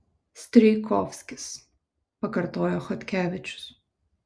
strijkovskis pakartoja chodkevičius